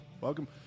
Welcome